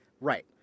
Right